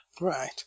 Right